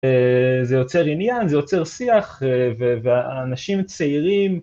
זה יוצר עניין, זה יוצר שיח ואנשים צעירים